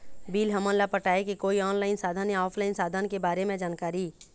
Bill हमन ला पटाए के कोई ऑनलाइन साधन या ऑफलाइन साधन के बारे मे जानकारी?